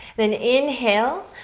then inhale,